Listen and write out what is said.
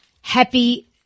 happy